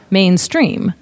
mainstream